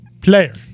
player